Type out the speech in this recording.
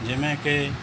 ਜਿਵੇਂ ਕਿ